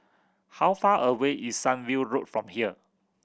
how far away is Sunview Road from here